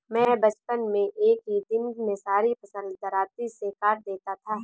मैं बचपन में एक ही दिन में सारी फसल दरांती से काट देता था